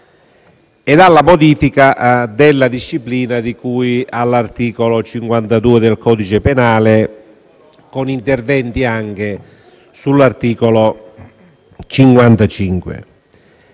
e alla modifica della disciplina di cui all'articolo 52 del codice penale, con interventi anche sull'articolo 55.